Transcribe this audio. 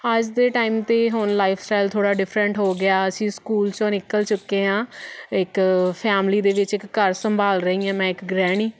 ਅੱਜ ਦੇ ਟਾਈਮ 'ਤੇ ਹੁਣ ਲਾਈਫ ਸਟਾਈਲ ਥੋੜ੍ਹਾ ਡਿਫਰੈਂਟ ਹੋ ਗਿਆ ਅਸੀਂ ਸਕੂਲ 'ਚੋਂ ਨਿਕਲ ਚੁੱਕੇ ਆਂ ਇੱਕ ਫੈਮਿਲੀ ਦੇ ਵਿੱਚ ਇੱਕ ਘਰ ਸੰਭਾਲ ਰਹੀ ਹਾਂ ਮੈਂ ਇੱਕ ਗ੍ਰਹਿਣੀ